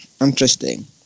Interesting